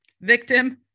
victim